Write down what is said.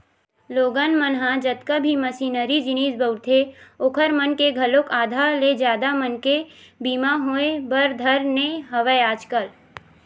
लोगन मन ह जतका भी मसीनरी जिनिस बउरथे ओखर मन के घलोक आधा ले जादा मनके बीमा होय बर धर ने हवय आजकल